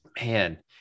man